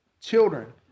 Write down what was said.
Children